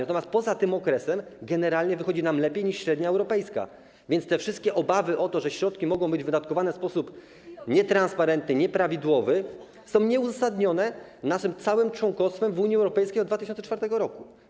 Natomiast poza tym okresem generalnie wychodzi nam lepiej niż średnia europejska, więc wszystkie obawy o to, że środki mogą być wydatkowane w sposób nietransparentny, nieprawidłowy są nieuzasadnione, chodzi o nasze całe członkostwo w Unii Europejskiej od 2004 r.